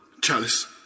Chalice